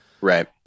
Right